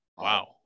Wow